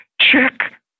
check